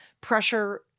pressure